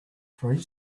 three